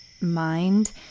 mind